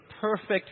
perfect